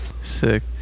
Sick